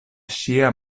ŝia